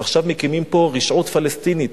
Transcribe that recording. עכשיו מקימים פה רשעות פלסטינית,